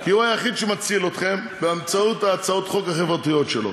כי הוא היחיד שמציל אתכם באמצעות הצעות החוק החברתיות שלו.